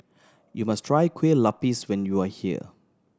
you must try Kueh Lupis when you are here